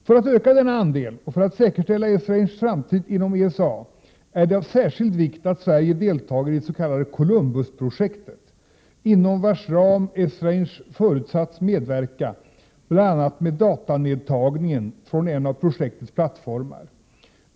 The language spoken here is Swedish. För att öka denna andel och för att säkerställa Esranges framtid inom ESA är det av särskild vikt att Sverige deltar i det s.k. Columbusprojektet inom vars ram Esrange förutsatts medverka bl.a. med datanedtagningen från en av projektets plattformar.